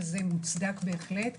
וזה מוצדק בהחלט,